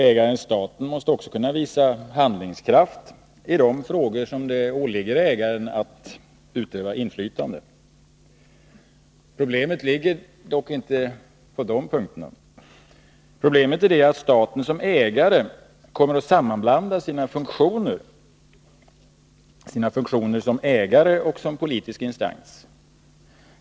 Ägaren staten måste också kunna visa handlingskraft i de frågor som det åligger ägaren att utöva inflytande på. Problemet ligger dock inte på de punkterna. Problemet är att staten som ägare kommer att sammanblanda sina funktioner som ägare och som politisk instans.